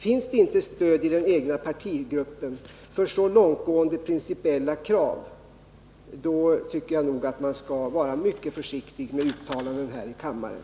Finns det inte stöd i den egna partigruppen för så långtgående principiella krav tycker jag att man skall vara mycket försiktig med uttalanden här i kammaren.